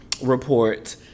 report